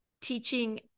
teaching